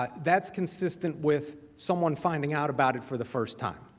but that's consistent with someone finding out about it for the first time